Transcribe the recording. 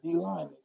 D-line